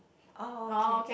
oh okay